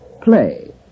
Play